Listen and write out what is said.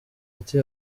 ati